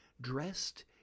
Dressed